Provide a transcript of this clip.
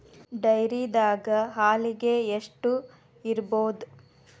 ಡೈರಿದಾಗ ಹಾಲಿಗೆ ಎಷ್ಟು ಇರ್ಬೋದ್?